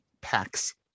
packs